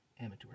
Amateur